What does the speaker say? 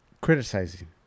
criticizing